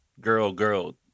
girl-girl